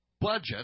budget